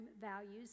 values